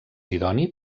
idoni